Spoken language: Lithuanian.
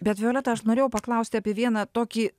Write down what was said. bet violeta aš norėjau paklaust apie vieną tokį